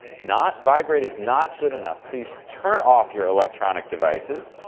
not vibrate is not good enough. please turn off your electronic devices.